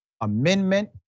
amendment